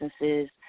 businesses